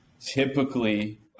Typically